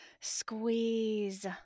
Squeeze